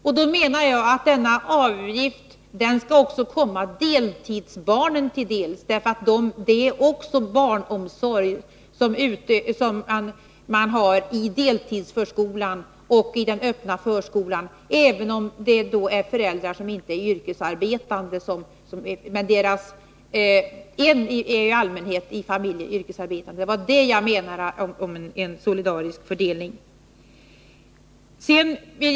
Jag menar att denna avgift också skall komma deltidsbarnen till godo. Också inom deltidsförskolan och den öppna förskolan är det fråga om barnomsorg, även om det i allmänhet bara är en av föräldrarna som är yrkesarbetande. Det var detta som jag menade, när jag talade om en solidarisk fördelning.